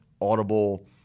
Audible